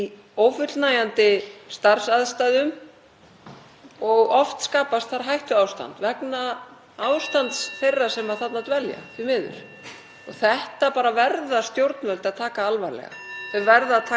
Þetta verða stjórnvöld að taka alvarlega. Þau verða að taka svona ákall alvarlega.